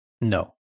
No